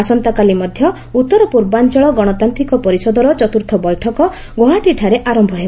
ଆସନ୍ତାକାଲି ମଧ୍ୟ ଉତ୍ତର ପୂର୍ବାଞ୍ଚଳ ଗଣତାନ୍ତିକ ପରିଷଦର ଚତ୍ର୍ଥ ବୈଠକ ଗୁଆହାଟୀଠାରେ ଆରମ୍ଭ ହେବ